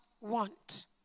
want